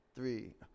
Three